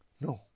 No